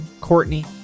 Courtney